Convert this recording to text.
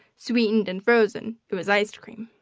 sweetened and frozen, it was iced cream.